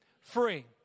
free